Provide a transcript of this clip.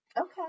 Okay